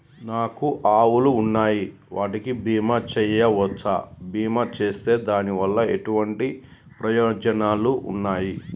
నాకు ఆవులు ఉన్నాయి వాటికి బీమా చెయ్యవచ్చా? బీమా చేస్తే దాని వల్ల ఎటువంటి ప్రయోజనాలు ఉన్నాయి?